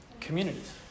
communities